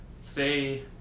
say